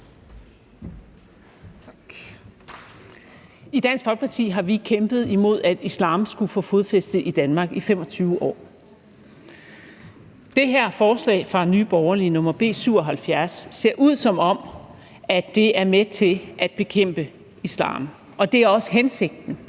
I Dansk Folkeparti har vi i 25 år kæmpet imod, at islam skulle få fodfæste i Danmark. Det her forslag fra Nye Borgerlige, B 77, ser ud, som om det er med til at bekæmpe islam. Det er også hensigten